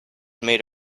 made